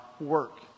work